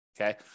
Okay